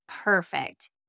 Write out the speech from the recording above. perfect